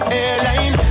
airline